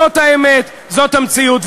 זאת האמת, זאת המציאות.